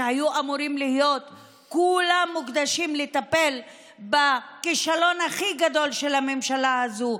שהיו אמורים להיות כולם מוקדשים לטפל בכישלון הכי גדול של הממשלה הזאת,